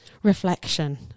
reflection